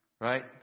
Right